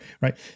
right